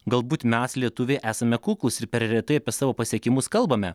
galbūt mes lietuviai esame kuklūs ir per retai apie savo pasiekimus kalbame